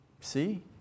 See